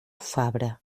fabra